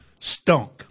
stunk